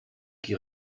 qui